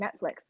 Netflix